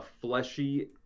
fleshy